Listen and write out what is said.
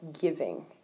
giving